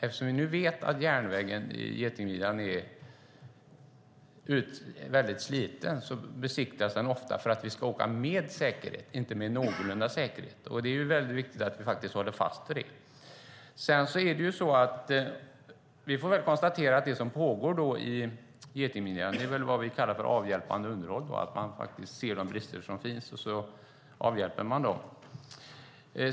Eftersom vi nu vet att getingmidjan är sliten så besiktigas den ofta för att vi ska åka med säkerhet, inte med någorlunda säkerhet. Det är viktigt att vi håller fast vi det. Vi får väl konstatera att det som pågår beträffande getingmidjan är vad vi kallar avhjälpande underhåll, att man ser de brister som finns och avhjälper dem.